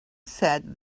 said